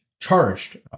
charged